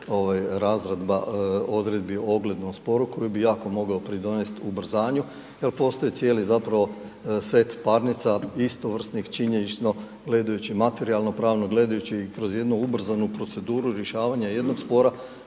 razredba odredbi ogledne u sporu koji bi jako mogao pridonest ubrzanju, tu postoji cijeli zapravo set parnica, istovrsnih činjenično, gledajući materijalno-pravno gledajući i kroz jednu ubrzanu proceduru rješavanja jednog spora,